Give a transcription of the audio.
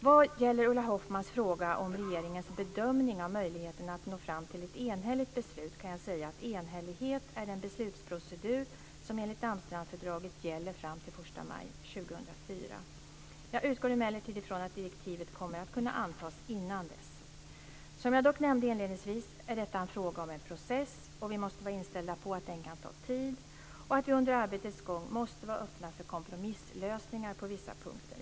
Vad gäller Ulla Hoffmanns fråga om regeringens bedömning av möjligheten att nå fram till ett enhälligt beslut, kan jag säga att enhällighet är den beslutsprocedur som enligt Amsterdamfördraget gäller fram till den 1 maj 2004. Jag utgår emellertid från att direktivet kommer att kunna antas innan dess. Som jag dock nämnde inledningsvis är detta fråga om en process, och vi måste vara inställda på att den kan ta tid och att vi under arbetets gång måste vara öppna för kompromisslösningar på vissa punkter.